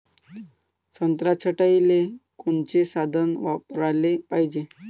संत्रा छटाईले कोनचे साधन वापराले पाहिजे?